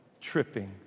tripping